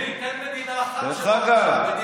דודי, תן מדינה אחת שלא רוכשת חיסונים.